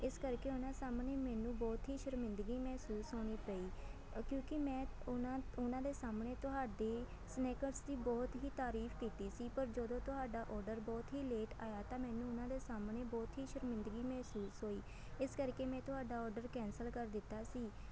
ਇਸ ਕਰਕੇ ਉਹਨਾਂ ਸਾਹਮਣੇ ਮੈਨੂੰ ਬਹੁਤ ਹੀ ਸ਼ਰਮਿੰਦਗੀ ਮਹਿਸੂਸ ਹੋਣੀ ਪਈ ਕਿਉਂਕਿ ਮੈਂ ਉਨ੍ਹਾਂ ਉਨ੍ਹਾਂ ਦੇ ਸਾਹਮਣੇ ਤੁਹਾਡੀ ਸਨੇਕਰਸ ਦੀ ਬਹੁਤ ਹੀ ਤਾਰੀਫ ਕੀਤੀ ਸੀ ਪਰ ਜਦੋਂ ਤੁਹਾਡਾ ਔਡਰ ਬਹੁਤ ਹੀ ਲੇਟ ਆਇਆ ਤਾਂ ਮੈਨੂੰ ਉਹਨਾਂ ਦੇ ਸਾਹਮਣੇ ਬਹੁਤ ਹੀ ਸ਼ਰਮਿੰਦਗੀ ਮਹਿਸੂਸ ਹੋਈ ਇਸ ਕਰਕੇ ਮੈਂ ਤੁਹਾਡਾ ਔਡਰ ਕੈਂਸਲ ਕਰ ਦਿੱਤਾ ਸੀ